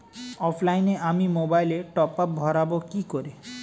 অফলাইনে আমি মোবাইলে টপআপ ভরাবো কি করে?